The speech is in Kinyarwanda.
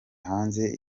hanze